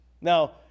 Now